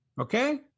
okay